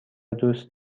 دوست